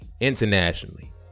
internationally